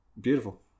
beautiful